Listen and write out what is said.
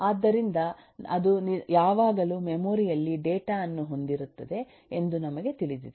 ಆದ್ದರಿಂದ ಅದು ಯಾವಾಗಲೂ ಮೆಮೊರಿ ಯಲ್ಲಿ ಡೇಟಾ ಅನ್ನು ಹೊಂದಿರುತ್ತದೆ ಎಂದು ನಮಗೆ ತಿಳಿದಿದೆ